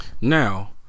Now